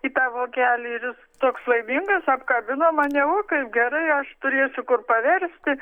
į tą vokelį ir jis toks laimingas apkabino mane o kaip gerai aš turėsiu kur paversti